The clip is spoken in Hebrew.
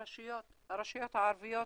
הרשויות הערביות.